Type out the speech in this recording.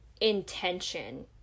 intention